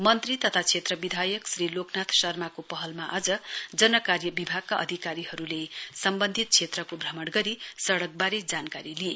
मन्त्री तथा क्षेत्र विधायक श्री लोकनाथ शर्माको पहलमा आज जन कार्य विभागमा अधिकारीहरुले सम्वन्धित क्षेत्रको भ्रमण गरी सड़कवारे जानकारी लिए